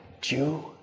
Jew